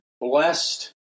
blessed